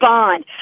Bond